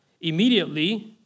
immediately